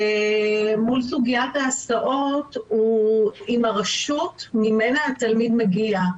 מול סוגיית ההסעות הוא עם הרשות המקומית שממנה התלמיד מגיע.